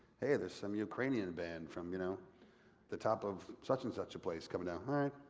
hey, there's some ukrainian band from you know the top of such and such a place coming down, alright.